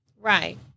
Right